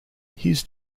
his